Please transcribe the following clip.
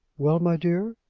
well, my dear,